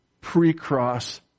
Pre-cross